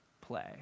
play